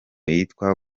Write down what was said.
yitwa